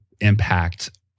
impact